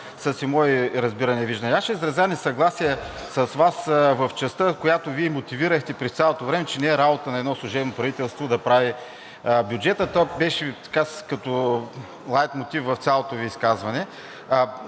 си мои разбирания и виждания. Аз ще изразя несъгласие с Вас в частта, която Вие мотивирахте през цялото време, че не е работа на едно служебно правителство да прави бюджет, а то беше като лайтмотив в цялото Ви изказване.